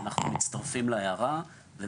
מצטרפים להערה של נטע.